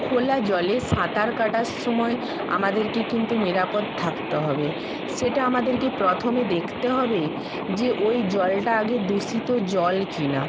খোলা জলে সাঁতার কাটার সময় আমাদেরকে কিন্তু নিরাপদ থাকতে হবে সেটা আমাদেরকে প্রথমে দেখতে হবে যে ওই জলটা আগে দূষিত জল কি না